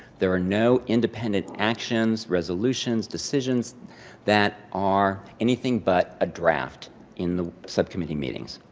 there are no independent actions, resolutions, decisions that are anything but a draft in the subcommittee meetings.